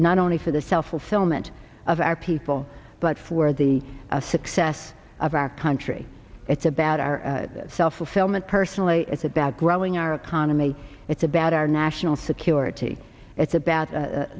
not only for the self fulfillment of our people but for the a success of our country it's about our self fulfillment personally it's about growing our economy it's about our national security it's a